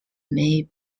may